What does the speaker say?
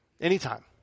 anytime